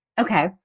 Okay